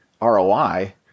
ROI